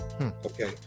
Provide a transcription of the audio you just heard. Okay